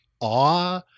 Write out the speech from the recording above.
awe